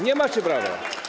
Nie macie prawa.